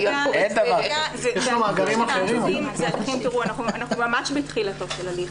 אנחנו ממש בתחילתו של הליך.